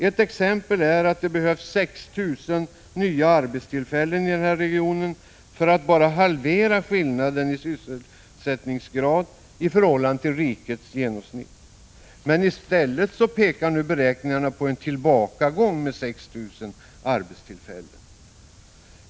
Ett exempel är att det behövs 6 000 nya arbetstillfällen i regionen bara för att halvera skillnaden i sysselsättningsgrad i förhållande till rikets genomsnitt. I stället pekar beräkningarna på en tillbakagång med 6 000 arbetstillfällen.